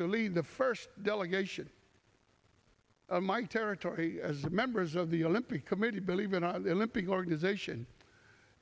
to lead the first delegation of my territory as members of the olympic committee believe in the olympic organization